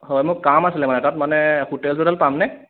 হয় মোৰ কাম আছিলে মানে তাত মানে হোটেল চোটেল পামনে